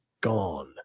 gone